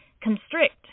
constrict